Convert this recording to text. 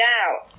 out